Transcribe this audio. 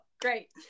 Great